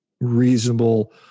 reasonable